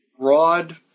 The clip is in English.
broad